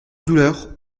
douleurs